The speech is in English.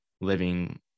living